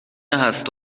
هست